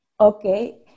Okay